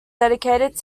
dedicated